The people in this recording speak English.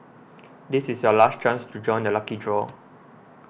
this is your last chance to join the lucky draw